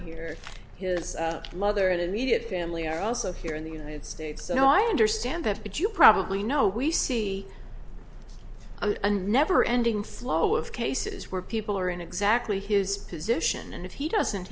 here his mother and immediate family are also here in the united states so i understand that but you probably know we see a never ending flow of cases where people are in exactly his position and if he doesn't